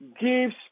gives